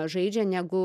žaidžia negu